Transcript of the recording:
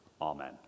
Amen